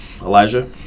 Elijah